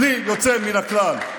בלי יוצא מן הכלל.